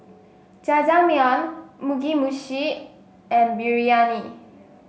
Jajangmyeon Mugi Meshi and Biryani